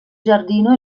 giardino